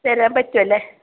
തരാൻ പറ്റുമല്ലേ